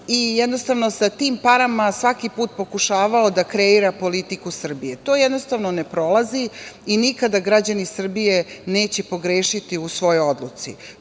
i jednostavno, sa tim parama svaki put pokušavao da kreira politiku Srbije. To ne prolazi i nikada građani Srbije neće pogrešiti u svojoj odluci,